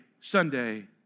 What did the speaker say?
Sunday